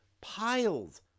piles